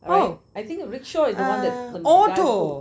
oh uh auto